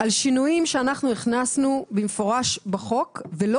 על שינויים שאנחנו הכנסנו במפורש בחוק ולא